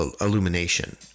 illumination